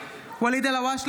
(קוראת בשמות חברי הכנסת) ואליד אלהואשלה,